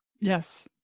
Yes